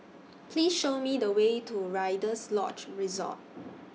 Please Show Me The Way to Rider's Lodge Resort